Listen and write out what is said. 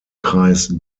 kreis